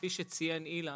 כפי שציין אילן,